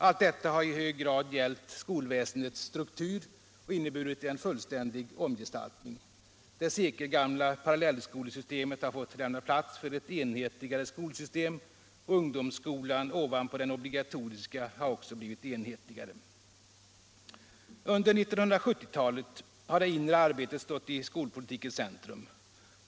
Allt detta har i hög grad gällt skolväsendets struktur och inneburit en fullständig omgestaltning. Det sekelgamla parallellskolesystemet har fått lämna plats för ett enhetligare skolsystem, och ungdomsskolan ovanpå den obligatoriska skolan har också blivit enhetligare. Under 1970-talet har det inre arbetet stått i skolpolitikens centrum.